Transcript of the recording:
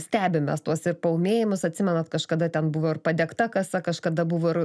stebim mes tuos ir paūmėjimus atsimenat kažkada ten buvo ir padegta kasa kažkada buvo ir